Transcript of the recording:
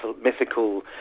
mythical